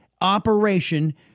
operation